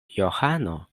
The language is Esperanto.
johano